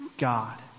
God